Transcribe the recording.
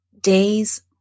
days